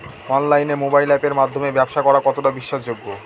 অনলাইনে মোবাইল আপের মাধ্যমে ব্যাবসা করা কতটা বিশ্বাসযোগ্য?